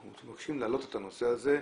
אנחנו מבקשים להעלות את הנושא הזה לקידמה.